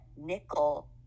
nickel